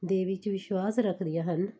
ਦੇ ਵਿੱਚ ਵਿਸ਼ਵਾਸ ਰੱਖਦੀਆਂ ਹਨ